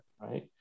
right